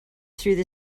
through